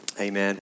amen